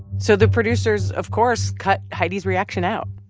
so the producers, of course, cut heidi's reaction out.